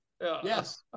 Yes